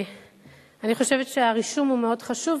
אני חושבת שהרישום הוא מאוד חשוב,